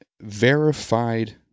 verified